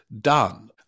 done